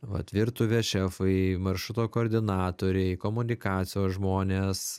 vat virtuvės šefai maršruto koordinatoriai komunikacijos žmonės